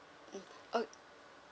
mm ugh